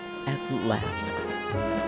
Atlanta